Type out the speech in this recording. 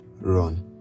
run